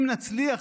אם נצליח,